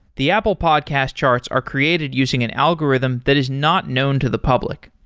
the apple podcast charts are created using an algorithm that is not known to the public.